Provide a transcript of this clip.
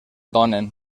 donen